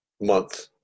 month